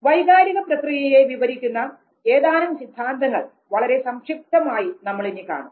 വൈകാരിക പ്രക്രിയയെ വിവരിക്കുന്ന ഏതാനും സിദ്ധാന്തങ്ങൾ വളരെ സംക്ഷിപ്തമായി നമ്മളിനി കാണും